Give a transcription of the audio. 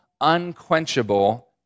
unquenchable